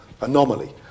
anomaly